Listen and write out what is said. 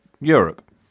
Europe